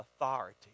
authority